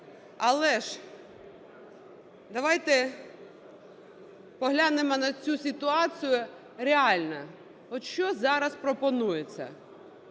Але ж давайте поглянемо на цю ситуацію реально. От що зараз пропонується?